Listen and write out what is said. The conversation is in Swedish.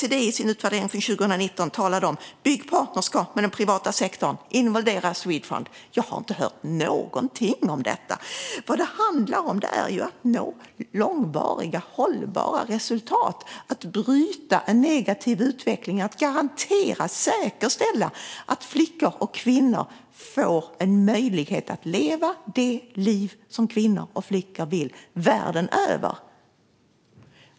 I sin utvärdering från 2019 talade OECD om att bygga partnerskap med den privata sektorn och involvera Swedfund. Jag har inte hört någonting om detta. Vad det handlar om är att nå långvariga, hållbara resultat och att bryta en negativ utveckling och säkerställa att flickor och kvinnor får en möjlighet att leva det liv som kvinnor och flickor världen över vill leva.